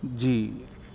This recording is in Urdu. جی